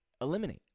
eliminate